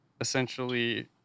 essentially